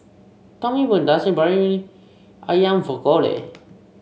Tommy bought Nasi Briyani ayam for Collie